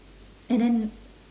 and then